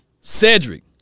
Cedric